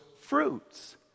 fruits